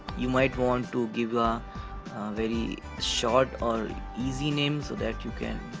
you might want to give a very short or easy name so that you can.